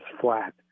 flat